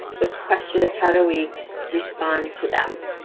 the question is how do we respond to them?